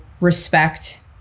respect